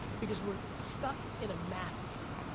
because we're stuck in a math game.